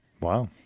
Wow